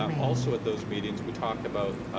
um also at those meetings we talk about